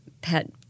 pet